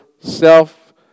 self